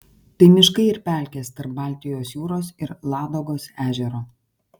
tai miškai ir pelkės tarp baltijos jūros ir ladogos ežero